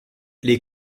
les